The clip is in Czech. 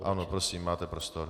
Ano, prosím, máte prostor.